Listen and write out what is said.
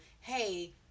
hey